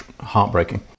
heartbreaking